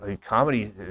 Comedy